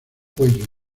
cuello